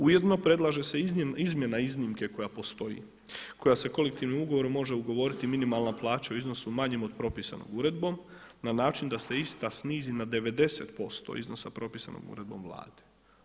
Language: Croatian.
Ujedno predlaže se izmjena iznimke koja postoji koja se kolektivnim ugovorom može ugovoriti minimalna plaća u iznosu manjem od propisanog uredbom na način da se ista snizi na 90% iznosa propisanog uredbom Vlade.